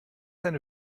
eine